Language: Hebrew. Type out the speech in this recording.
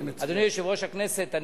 אדוני יושב-ראש הכנסת,